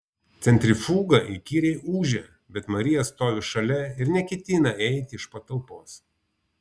centrifuga įkyriai ūžia bet marija stovi šalia ir neketina eiti iš patalpos